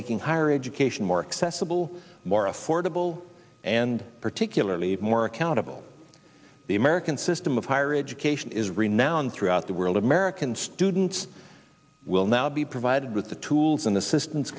making higher education more accessible more affordable and particularly more accountable the american system of higher education is renowned throughout the world american students will now be provided with the tools and